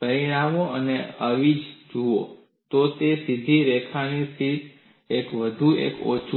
પરિમાણો અને અવેજી જુઓ છો તો તે સીધી રેખાની જેમ વધુ કે ઓછું છે